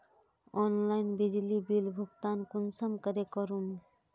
Online बिजली bill भुगतान कुंसम करे करूम?